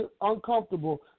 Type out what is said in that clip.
uncomfortable